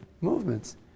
movements